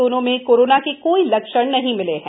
दोनों में कोरोना के कोई लक्षण नहीं मिले हैं